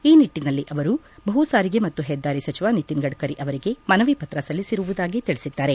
ಈ ನಿಟ್ಟಿನಲ್ಲಿ ಅವರು ಭೂಸಾರಿಗೆ ಮತ್ತು ಹೆದ್ದಾರಿ ಸಚಿವ ನಿತಿನ್ ಗಡ್ಕರಿ ಅವರಿಗೆ ಮನವಿ ಪತ್ರ ಸಲ್ಲಿಸಿರುವುದಾಗಿ ತಿಳಿಸಿದ್ದಾರೆ